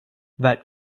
that